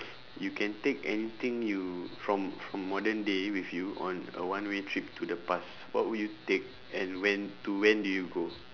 you can take anything you from from modern day with you on a one way trip to the past what would you take and when to when do you go